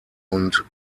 und